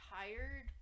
tired